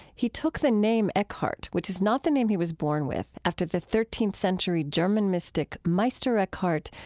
he took the name eckhart, which is not the name he was born with, after the thirteenth century german mystic meister eckhart,